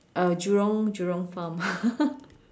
uh Jurong Jurong farm